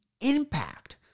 impact